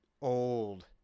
old